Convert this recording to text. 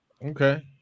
Okay